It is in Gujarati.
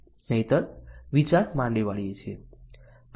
નહિંતર વિચાર માંડી વાળી છીએ